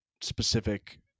Specific